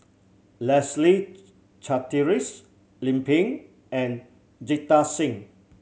Leslie Charteris Lim Pin and Jita Singh